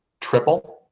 triple